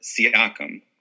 Siakam